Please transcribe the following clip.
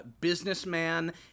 businessman